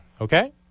Okay